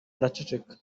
araceceka